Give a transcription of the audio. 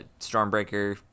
stormbreaker